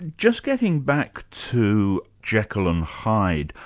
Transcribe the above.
just getting back to jekyll and hyde,